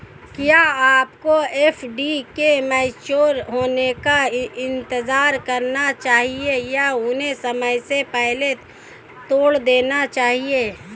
क्या आपको एफ.डी के मैच्योर होने का इंतज़ार करना चाहिए या उन्हें समय से पहले तोड़ देना चाहिए?